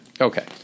Okay